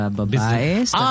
business